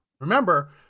Remember